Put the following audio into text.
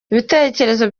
ibitekerezo